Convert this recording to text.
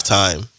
time